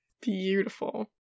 Beautiful